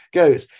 goes